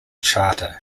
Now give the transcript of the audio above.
charter